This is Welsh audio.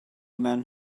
mewn